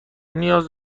نیاز